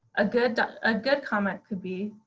ah good ah good comment could be,